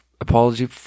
apology